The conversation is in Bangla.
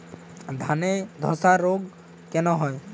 ধানে ধসা রোগ কেন হয়?